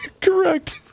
Correct